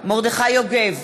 מרדכי יוגב,